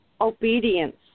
obedience